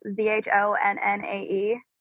Z-H-O-N-N-A-E